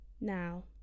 now